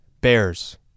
Bears